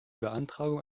beantragung